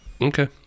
Okay